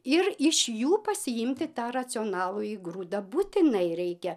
ir iš jų pasiimti tą racionalųjį grūdą būtinai reikia